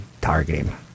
targeting